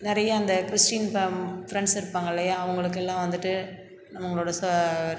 நிறையா அந்த கிறிஸ்டின் பம் ஃப்ரெண்ட்ஸ் இருப்பாங்கள் இல்லையா அவங்களுக்கு எல்லாம் வந்துட்டு அவங்களோட சா